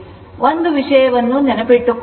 ಒಂದು ವಿಷಯ ನೆನಪಿಟ್ಟುಕೊಳ್ಳುವುದು